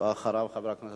ציר האורך שכבודו מכיר,